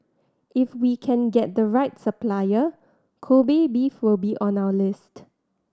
if we can get the right supplier Kobe beef will be on our list